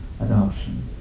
adoption